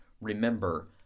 remember